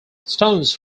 stones